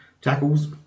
tackles